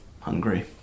hungry